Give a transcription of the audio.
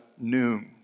noon